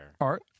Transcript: Art